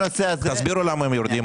תסבירו למה הם יורדים,